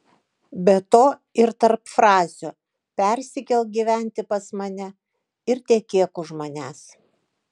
be to ir tarp frazių persikelk gyventi pas mane ir tekėk už manęs